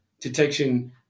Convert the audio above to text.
detection